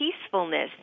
peacefulness